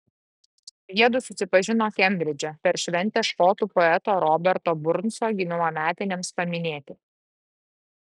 jiedu susipažino kembridže per šventę škotų poeto roberto burnso gimimo metinėms paminėti